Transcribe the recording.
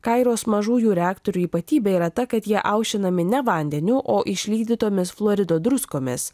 kairos mažųjų reaktorių ypatybė yra ta kad jie aušinami ne vandeniu o išlydytomis fluorido druskomis